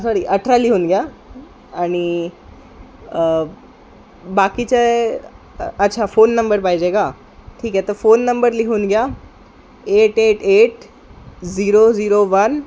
sorry अठरा लिहून घ्या आणि बाकीचे अच्छा फोन नंबर पाहिजे का ठीक आहे तर फोन नंबर लिहून घ्या eight eight eight zero zero one